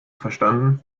verstanden